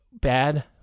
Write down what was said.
bad